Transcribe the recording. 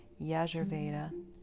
Yajurveda